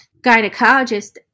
gynecologist